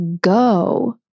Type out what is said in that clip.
go